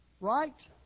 Right